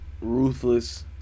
ruthless